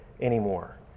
anymore